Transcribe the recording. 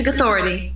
authority